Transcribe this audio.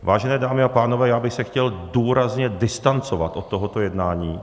Vážené dámy a pánové, já bych se chtěl důrazně distancovat od tohoto jednání.